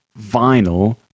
vinyl